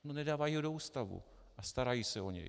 No, nedávají ho do ústavu a starají se o něj.